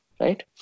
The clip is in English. right